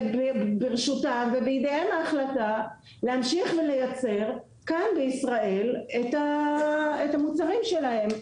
ובידיהם ההחלטה להמשיך ולייצר כאן בישראל את המוצרים שלהם,